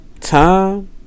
time